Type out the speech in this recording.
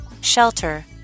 Shelter